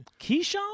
Keyshawn